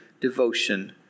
devotion